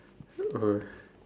!oi!